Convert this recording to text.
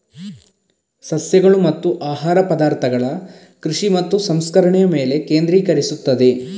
ಸಸ್ಯಗಳು ಮತ್ತು ಆಹಾರ ಪದಾರ್ಥಗಳ ಕೃಷಿ ಮತ್ತು ಸಂಸ್ಕರಣೆಯ ಮೇಲೆ ಕೇಂದ್ರೀಕರಿಸುತ್ತದೆ